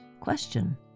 Question